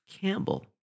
Campbell